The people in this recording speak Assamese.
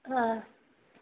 অঁ